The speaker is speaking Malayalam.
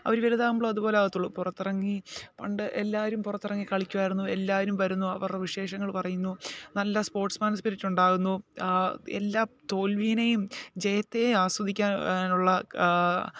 അവർ വലുതാവുമ്പോൾ അതുപോലെ ആവുകയുള്ളു പുറത്ത് ഇറങ്ങി പണ്ട് എല്ലാവരും പുറത്ത് ഇറങ്ങി കളിക്കുമായിരുന്നു എല്ലാവരും വരുന്നു അവരുടെ വിശേഷങ്ങൾ പറയുന്നു നല്ല സ്പോർട്സ്മാൻ സ്പിരിറ്റ് ഉണ്ടാകുന്നു എല്ലാ തോൽവിയേയും ജയത്തേയും ആസ്വദിക്കാ നുള്ള